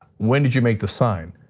when did you make the sign?